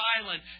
silent